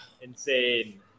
Insane